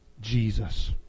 Jesus